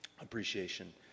appreciation